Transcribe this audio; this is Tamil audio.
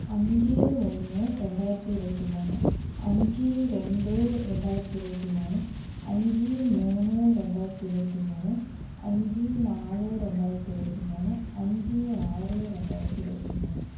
அஞ்சு ஒன்று ரெண்டாயிரத்து இருபத்தி மூணு அஞ்சு ரெண்டு ரெண்டாயிரத்து இருபத்தி மூணு அஞ்சு மூணு ரெண்டாயிரத்து இருபத்தி மூணு அஞ்சு நாலு ரெண்டாயிரத்து இருபத்தி மூணு அஞ்சு ஆறு ரெண்டாயிரத்து இருபத்தி மூணு